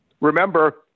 Remember